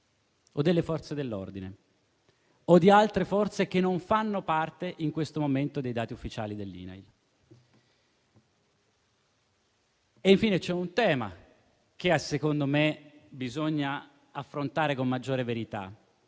o delle Forze dell'ordine o di altre forze che non fanno parte in questo momento dei dati ufficiali dell'INAIL? Infine, c'è un tema che secondo me bisogna affrontare con maggiore verità,